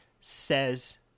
says